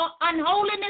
unholiness